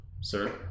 sir